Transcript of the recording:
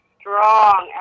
strong